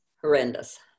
horrendous